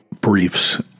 briefs